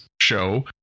show